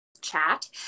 chat